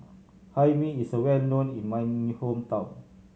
Hae Mee is well known in my hometown